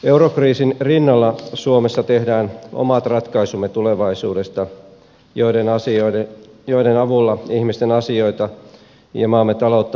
eurokriisin rinnalla suomessa tehdään omat ratkaisumme tulevaisuudesta joiden avulla ihmisten asioita ja maamme taloutta hoidetaan